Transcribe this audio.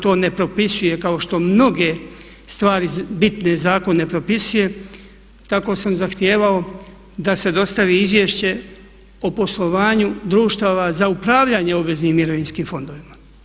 To ne propisuje kao što mnoge stvari bitne zakon ne propisuje, tako sam zahtijevao da se dostavi izvješće o poslovanju društava za upravljanje obveznim mirovinskim fondovima.